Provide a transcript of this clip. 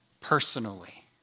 personally